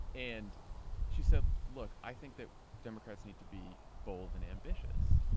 and she said, look, i think that democrats need to be bold and ambitious,